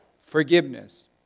forgiveness